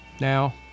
now